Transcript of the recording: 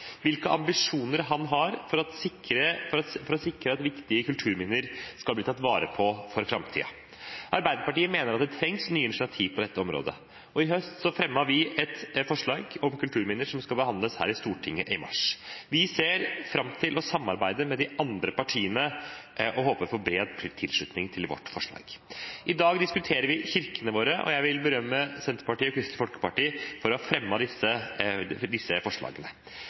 hvilke ambisjoner han har for å sikre at viktige kulturminner skal bli tatt vare på for framtiden. Arbeiderpartiet mener at det trengs nye initiativ på dette området. I høst fremmet vi et forslag om kulturminner som skal behandles her i Stortinget i mars. Vi ser fram til å samarbeide med de andre partiene og håper på bred tilslutning til vårt forslag. I dag diskuterer vi kirkene våre, og jeg vil berømme Senterpartiet og Kristelig Folkeparti for å ha fremmet disse forslagene.